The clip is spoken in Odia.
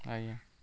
ଆଜ୍ଞା